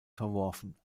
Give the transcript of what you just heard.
verworfen